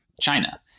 China